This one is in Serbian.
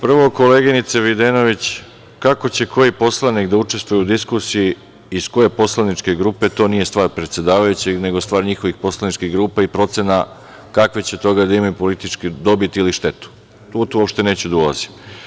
Prvo, koleginice Videnović, kako će koji poslanik da učestvuje u diskusiji, iz koje poslaničke grupe, to nije stvar predsedavajućeg, nego stvar njihovih poslaničkih grupa i procena kakve će od toga imati političke dobiti ili štete, u to uopšte neću da ulazim.